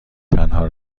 تنها